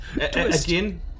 again